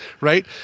right